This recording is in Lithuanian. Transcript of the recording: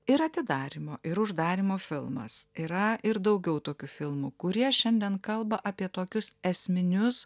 ir atidarymo ir uždarymo filmas yra ir daugiau tokių filmų kurie šiandien kalba apie tokius esminius